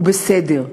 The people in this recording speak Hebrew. הוא בסדר.